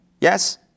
Yes